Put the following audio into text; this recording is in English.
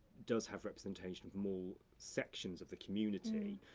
does have representation of more sections of the community,